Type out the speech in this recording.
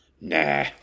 Nah